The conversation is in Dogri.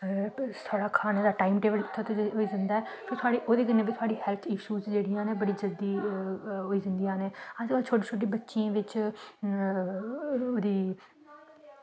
ते साढ़ा खाने दा टाईम टेबल उत्थें तक्क होई जंदा ऐ ते ओह्दी बजह कन्नै बी साढ़ी हेल्थ इश्यूज़ न जेह्ड़ियां बड़ी जल्दी अज्जकल छोटी छोटी बच्चियें बिच ओह्दी